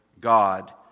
God